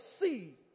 see